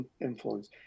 influence